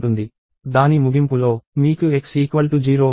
దాని ముగింపులో మీకు x 0 ఉంది